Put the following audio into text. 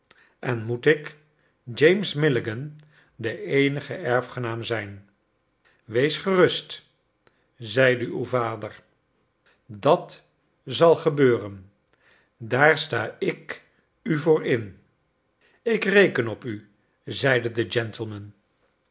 en moet ik james milligan de eenige erfgenaam zijn wees gerust zeide uw vader dat zal gebeuren daar sta ik u voor in ik reken op u zeide de gentleman